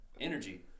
energy